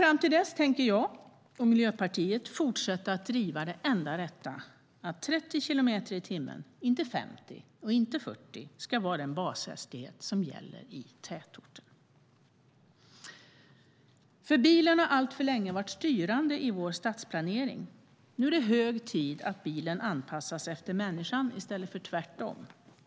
Fram till dess tänker jag och Miljöpartiet fortsätta att driva det enda rätta, att 30 kilometer i timmen, inte 50 och inte 40, ska vara den bashastighet som gäller i tätorten. Bilen har alltför länge varit styrande i vår stadsplanering. Nu är det hög tid att bilen anpassas efter människan i stället för tvärtom.